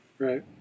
Right